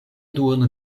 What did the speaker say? duono